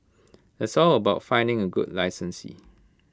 it's all about finding A good licensee